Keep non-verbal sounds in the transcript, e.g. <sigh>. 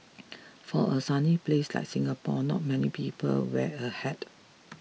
<noise> for a sunny place like Singapore not many people wear a hat